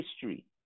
history